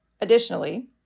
Additionally